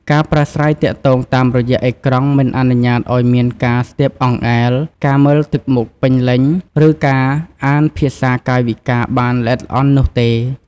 ការប្រាស្រ័យទាក់ទងតាមរយៈអេក្រង់មិនអនុញ្ញាតឱ្យមានការស្ទាបអង្អែល ការមើលទឹកមុខពេញលេញ ឬការអានភាសាកាយវិការបានល្អិតល្អន់នោះទេ។